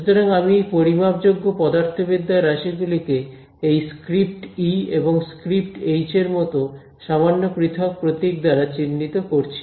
সুতরাং আমি এই পরিমাপযোগ্য পদার্থবিদ্যার রাশি গুলিকে এই স্ক্রিপ্ট ই এবং স্ক্রিপ্ট এইচ এর মতো সামান্য পৃথক প্রতীক দ্বারা চিহ্নিত করছি